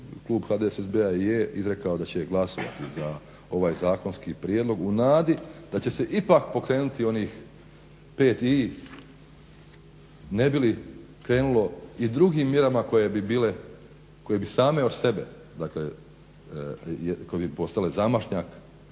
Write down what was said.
klub HDSSB-a je izrekao da će glasovati za ovaj zakonski prijedlog u nadi da će se ipak pokrenuti onih … ne bi li krenulo i s drugim mjerama koje bi bile, koje bi same od sebe dakle koje bi postale zamašnjak